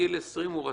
בגיל 20 הוא רצח.